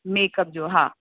makeup जो हा